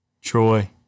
Troy